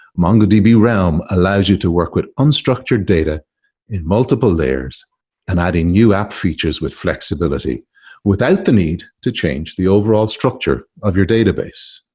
mongodb realm allows you to work with unstructured data in multiple layers and adding new app features with flexibility without the need to change the overall structure of your database.